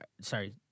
sorry